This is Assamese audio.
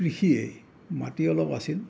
কৃষিয়েই মাটি অলপ আছিল